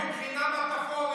מבחינה מטפורית,